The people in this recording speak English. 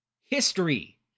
History